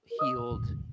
healed